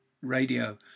radio